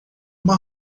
uma